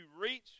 reach